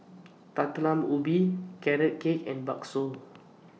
Ubi Carrot Cake and Bakso